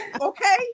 okay